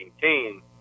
team